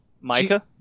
Micah